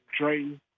Drayton